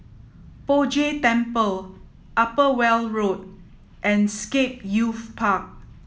Poh Jay Temple Upper Weld Road and Scape Youth Park